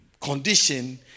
condition